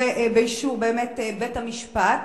באישור בית-המשפט,